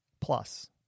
Plus